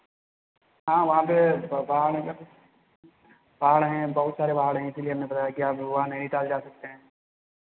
हाँ वहाँ पे पहाड़ हैं ना पहाड़ हैं बहुत सारे पहाड़ हैं इसीलिए हमें पता है कि आप वहाँ नैनीताल जा सकते हैं